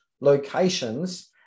locations